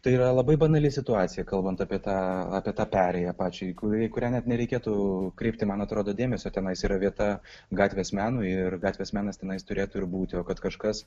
tai yra labai banali situacija kalbant apie tą apie tą perėją pačią į kurią kuria net nereikėtų kreipti man atrodo dėmesio tenais yra vieta gatvės menui ir gatvės menas tenai turėtų ir būti kad kažkas